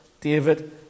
David